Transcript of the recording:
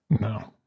No